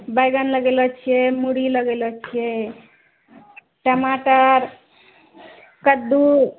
बैगन लगेलो छियै मुरी लगेलो छियै टमाटर कद्दू